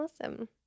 Awesome